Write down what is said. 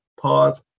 pause